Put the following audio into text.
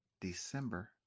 December